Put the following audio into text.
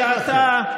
כשאתה,